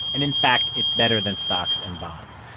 and, in fact, it's better than stocks and bonds.